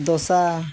ᱫᱷᱳᱥᱟ